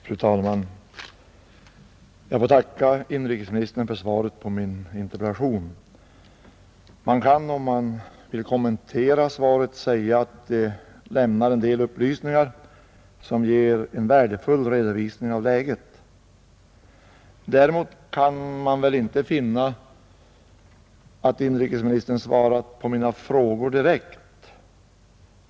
Fru talman! Jag får tacka inrikesministern för svaret på min Tisdagen den interpellation. Man kan, om man vill kommentera svaret, säga att det 4 maj 1971 lämnar en del upplysningar som innebär en värdefull redovisning av läget. Däremot kan jag inte se att inrikesministern svarat på mina frågor direkt.